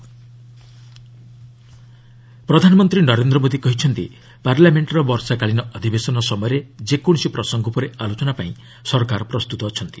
PM parliament ପ୍ରଧାନମନ୍ତ୍ରୀ ନରେନ୍ଦ୍ର ମୋଦି କହିଛନ୍ତି ପାର୍ଲାମେଣ୍ଟର ବର୍ଷାକାଳୀନ ଅଧିବେଶନ ସମୟରେ ଯେକୌଣସି ପ୍ରସଙ୍ଗ ଉପରେ ଆଲୋଚନା ପାଇଁ ସରକାର ପ୍ରସ୍ତୁତ ଅଛନ୍ତି